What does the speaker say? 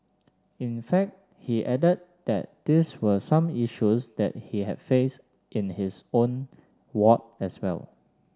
in fact he added that these were some issues that he have faced in his own ward as well